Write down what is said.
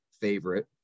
favorite